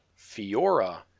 Fiora